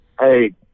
Hey